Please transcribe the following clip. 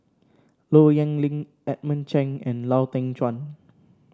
Low Yen Ling Edmund Cheng and Lau Teng Chuan